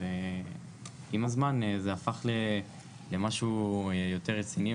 ועם הזמן זה הפך למשהו יותר רציני,